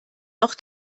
noch